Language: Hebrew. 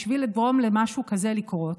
בשביל לגרום למשהו כזה לקרות,